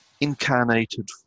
incarnated